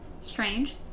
Strange